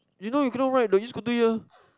you know you cannot ride the e scooter here